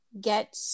get